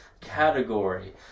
category